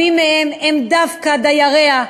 רבים מהם הם דווקא דייריה,